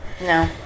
no